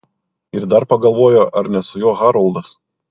ir dar pagalvojo ar ne su juo haroldas